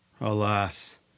Alas